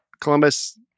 Columbus